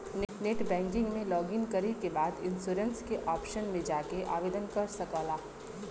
net banking में login करे के बाद इन्शुरन्स के ऑप्शन पे जाके आवेदन कर सकला